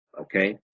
okay